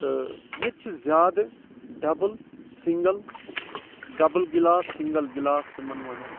تہٕ ییٚتہِ چھِ زیادٕ double single double glass single glass تِمَن وَنان